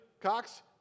Cox